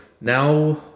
Now